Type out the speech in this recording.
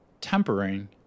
tempering